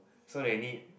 so they need